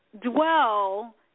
dwell